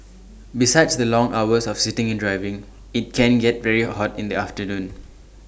besides the long hours of sitting and driving IT can get very hot in the afternoon